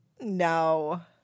No